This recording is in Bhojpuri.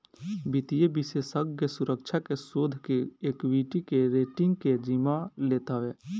वित्तीय विषेशज्ञ सुरक्षा के, शोध के, एक्वीटी के, रेटींग के जिम्मा लेत हवे